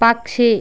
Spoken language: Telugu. పక్షి